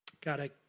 God